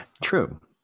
True